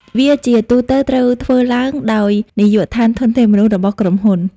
វាជាទូទៅត្រូវបានធ្វើឡើងដោយនាយកដ្ឋានធនធានមនុស្សរបស់ក្រុមហ៊ុន។